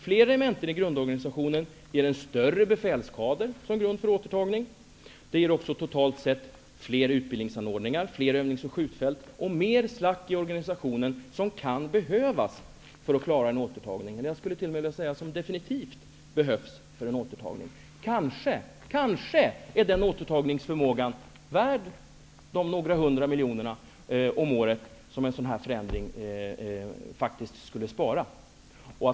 Fler regementen i grundorganisationen ger en större befälskader som grund för återtagning. Det ger också totalt sett fler utbildingsanordningar, fler övnings och skjutfält och mera slack i organisationen -- som behövs för att klara en återtagning. Kanske är den återtagningsförmågan värd de några hundra miljoner kronor om året som en sådan förändring skulle spara in.